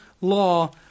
law